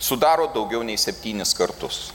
sudaro daugiau nei septynis kartus